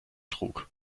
trug